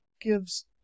gives